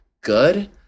good